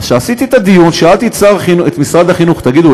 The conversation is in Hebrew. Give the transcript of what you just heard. אז כשעשיתי את הדיון שאלתי את משרד החינוך: תגידו,